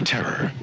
Terror